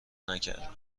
نکردم